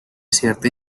cierta